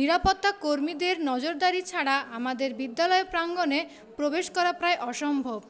নিরাপত্তা কর্মীদের নজরদারি ছাড়া আমাদের বিদ্যালয়ের প্রাঙ্গনে প্রবেশ করা প্রায় অসম্ভব